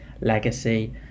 legacy